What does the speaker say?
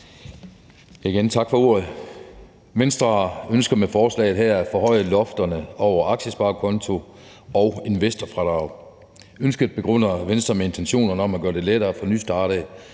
(S): Tak for ordet. Venstre ønsker med forslaget her at forhøje loftet over aktiesparekontoen og investorfradraget. Ønsket begrunder Venstre med intentionerne om at gøre det lettere for nystartede